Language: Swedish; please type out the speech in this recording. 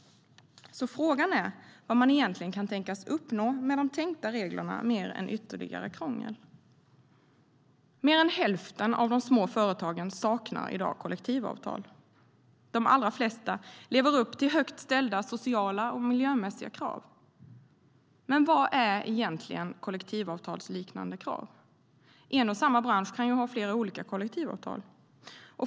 Frågan är alltså vad man egentligen kan tänkas uppnå med de tänkta reglerna, mer än ytterligare krångel. Mer än hälften av de små företagen saknar i dag kollektivavtal. De allra flesta lever upp till högt ställda sociala och miljömässiga krav. Men vad är egentligen kollektivavtalsliknande krav? En och samma bransch kan ju ha flera olika kollektivavtal.